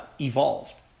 evolved